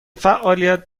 فعالیت